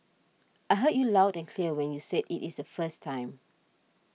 I heard you loud and clear when you said it is the first time